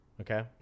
Okay